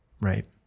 right